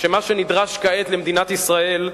שמה שנדרש כעת למדינת ישראל,